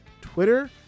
Twitter